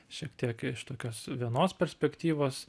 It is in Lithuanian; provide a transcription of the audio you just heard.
šiek tiek iš tokios vienos perspektyvos